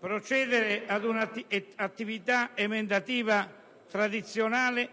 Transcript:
Procedere ad un'attività emendativa tradizionale